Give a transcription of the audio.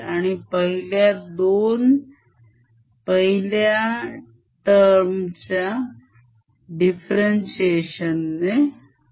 आणि पहिल्या दोन पहिल्या term च्या differentiation ने मिळेल